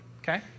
Okay